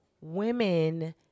women